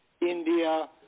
India